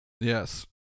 Yes